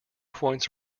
points